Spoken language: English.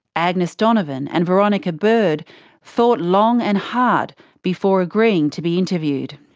agnes donovan and veronica bird thought long and hard before agreeing to be interviewed.